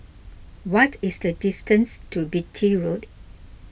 what is the distance to Beatty Road